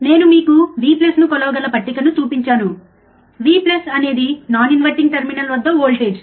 నేను మీకు V ను కొలవగల పట్టికను చూపించాను V అనేది నాన్ ఇన్వర్టింగ్ టెర్మినల్ వద్ద వోల్టేజ్